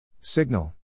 Signal